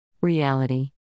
Reality